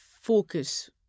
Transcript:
focus